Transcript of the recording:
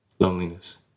Loneliness